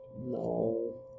No